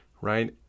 Right